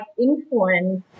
influence